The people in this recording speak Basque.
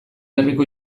herriko